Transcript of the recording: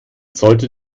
sollte